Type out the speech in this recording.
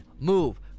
move